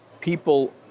People